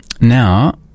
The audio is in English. Now